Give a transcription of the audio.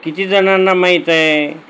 किती जणांना माहीत आहे